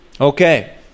Okay